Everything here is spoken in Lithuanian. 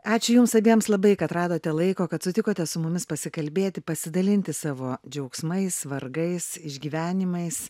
ačiū jums abiems labai kad radote laiko kad sutikote su mumis pasikalbėti pasidalinti savo džiaugsmais vargais išgyvenimais